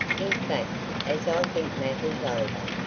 in fact, as i think matters over,